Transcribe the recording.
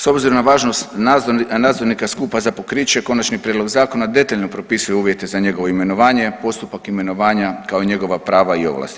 S obzirom na važnost nadzornika skupa za pokriće konačni prijedlog zakona detaljno propisuje uvjete za njegovo imenovanje, postupak imenovanja kao i njegova prava i ovlasti.